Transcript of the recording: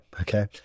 Okay